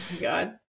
god